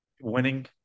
winning